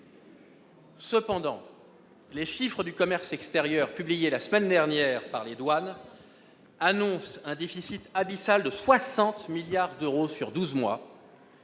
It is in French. Cependant, les chiffres du commerce extérieur publiés la semaine dernière par les services des douanes font état d'un déficit abyssal de 60 milliards d'euros sur douze mois,